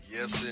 Yes